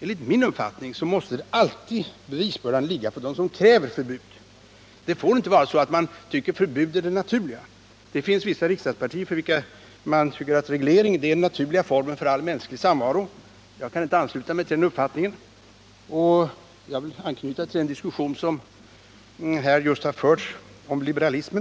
enligt min uppfattning 105 bevisbördan alltid ligga på dem som kräver förbud. Det får inte vara så att man tycker att förbud är det naturliga. Det finns vissa riksdagspartier för vilka reglering är den naturliga formen för all mänsklig samvaro. Men jag kan inte ansluta mig till den uppfattningen. Och jag vill anknyta till den diskussion som här just har förts om liberalism.